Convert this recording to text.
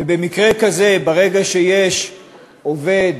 ובמקרה כזה, ברגע שיש עובד